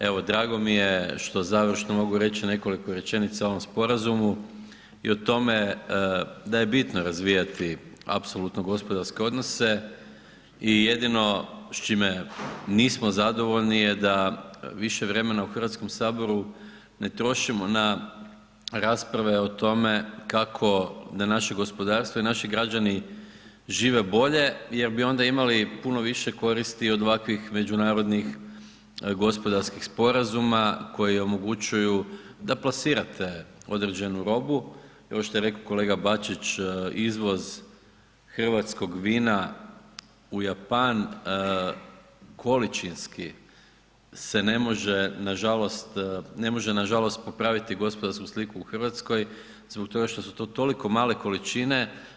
Evo drago mi je što završno mogu reći nekoliko rečenica o ovom sporazumu i o tome da je bitno razvijati apsolutno gospodarske odnose i jedino s čime nismo zadovoljni je da više vremena u Hrvatskom saboru ne trošimo na rasprave o tome kako da naše gospodarstvo i naši građani žive bolje jer bi onda imali puno više koristi od ovakvih međunarodnih gospodarskih sporazuma koji omogućuju da plasirate određenu robu i ovo što je rekao kolega Bačić, izvoz hrvatskog vina u Japan količinski se ne može nažalost, ne može nažalost popraviti gospodarsku sliku u Hrvatskoj zbog toga što su to toliko male količine.